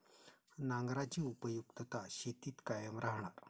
नांगराची उपयुक्तता शेतीत कायम राहणार